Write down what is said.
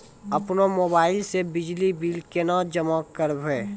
अपनो मोबाइल से बिजली बिल केना जमा करभै?